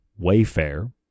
Wayfair